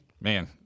Man